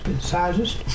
sizes